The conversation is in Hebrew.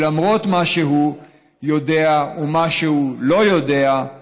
שלמרות מה שהוא יודע ומה שהוא לא יודע,